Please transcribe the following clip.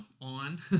on